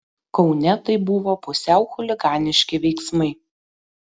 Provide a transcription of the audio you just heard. kaune tai buvo pusiau chuliganiški veiksmai